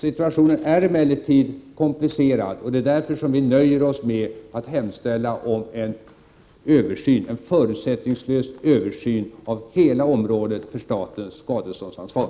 Situationen är emellertid komplicerad, och därför nöjer vi oss nu med att hemställa om en förutsättningslös översyn av hela området för statens skadeståndsansvar.